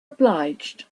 obliged